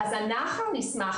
אז אנחנו נשמח,